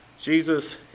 Jesus